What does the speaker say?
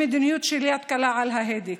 עם מדיניות של יד קלה על ההדק,